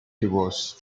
divorce